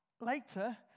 later